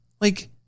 like-